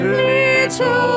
little